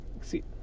see